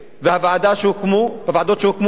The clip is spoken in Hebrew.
והוועדות שהוקמו,